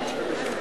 בהסכמת המציעים.